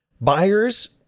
Buyers